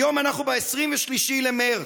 היום אנחנו ב-23 במרץ.